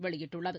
வெளியிட்டுள்ளது